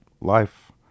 life